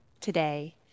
today